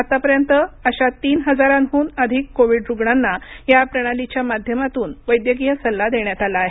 आतापर्यंत अशा तीन हजारांहून अधिक कोविड रुग्णांना या प्रणालीच्या माध्यमातून वैद्यकीय सल्ला देण्यात आला आहे